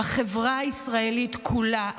החברה הישראלית כולה,